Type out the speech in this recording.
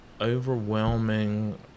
overwhelming